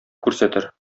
күрсәтер